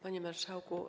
Panie Marszałku!